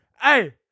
Hey